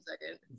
second